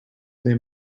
they